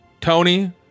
Tony